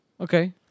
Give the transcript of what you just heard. Okay